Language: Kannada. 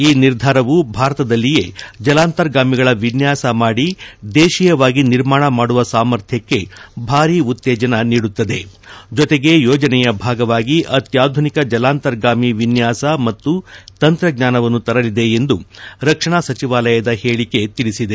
ಈ ನಿರ್ಧಾರವು ಭಾರತದಲ್ಲಿಯೇ ಜಲಾಂತರ್ಗಾಮಿಗಳ ವಿನ್ನಾಸ ಮಾಡಿ ದೇಶೀಯವಾಗಿ ನಿರ್ಮಾಣ ಮಾಡುವ ಸಾಮರ್ಥ್ಯಕ್ಕೆ ಭಾರೀ ಉತ್ತೇಜನ ನೀಡುತ್ತದೆ ಜೊತೆಗೆ ಯೋಜನೆಯ ಭಾಗವಾಗಿ ಅತ್ಯಾಧುನಿಕ ಜಲಾಂತರ್ಗಾಮಿ ವಿನ್ಯಾಸ ಮತ್ತು ತಂತ್ರಜ್ಞಾನವನ್ನು ತರಲಿದೆ ಎಂದು ರಕ್ಷಣಾ ಸಚಿವಾಲಯದ ಹೇಳಿಕೆ ತಿಳಿಸಿದೆ